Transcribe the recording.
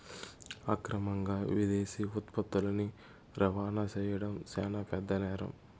అక్రమంగా విదేశీ ఉత్పత్తులని రవాణా చేయడం శాన పెద్ద నేరం